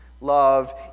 Love